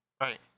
Right